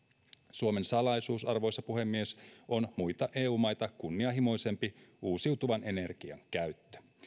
arvoisa puhemies on muita eu maita kunnianhimoisempi uusiutuvan energian käyttö